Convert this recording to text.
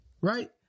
right